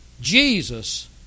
Jesus